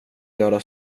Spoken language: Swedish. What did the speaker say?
göra